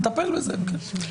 אנחנו נטפל בזה, כן.